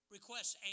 Requests